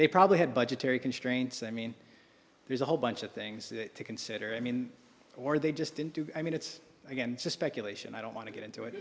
they probably have budgetary constraints i mean there's a whole bunch of things to consider i mean or they just didn't do i mean it's again it's a speculation i don't want to get into it